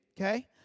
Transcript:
okay